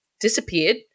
disappeared